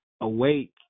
awake